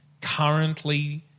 currently